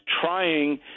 trying